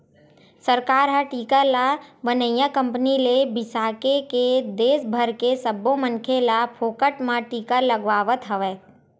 सरकार ह टीका ल बनइया कंपनी ले बिसाके के देस भर के सब्बो मनखे ल फोकट म टीका लगवावत हवय